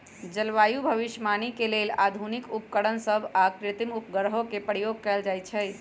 जलवायु भविष्यवाणी के लेल आधुनिक उपकरण सभ आऽ कृत्रिम उपग्रहों के प्रयोग कएल जाइ छइ